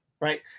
right